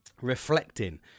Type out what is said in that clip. reflecting